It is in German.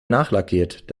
nachlackiert